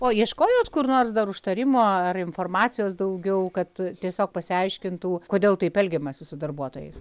o ieškojot kur nors dar užtarimo ar informacijos daugiau kad tiesiog pasiaiškintų kodėl taip elgiamasi su darbuotojais